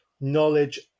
knowledge